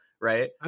right